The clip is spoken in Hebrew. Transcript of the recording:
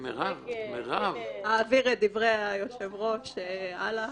אעביר את דברי היושב-ראש הלאה